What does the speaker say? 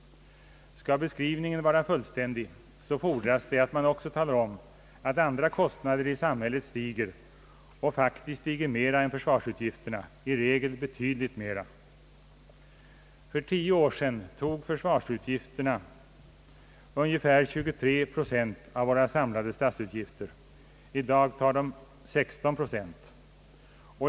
Skall beskrivningen vara fullständig, så fordras det att man också talar om att andra kostnader i samhället stiger och faktiskt stiger mer än försvarsutgifterna — i regel betydligt mer. För tio år sedan tog försvarsutgifterna ungefär 23 procent av våra samlade statsutgifter, i dag tar de 16 procent.